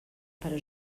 para